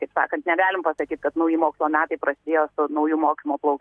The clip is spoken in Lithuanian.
kaip sakant negalim pasakyt kad nauji mokslo metai prasidėjo su nauju mokymo plaukt